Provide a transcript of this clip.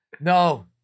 No